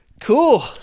Cool